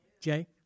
Jay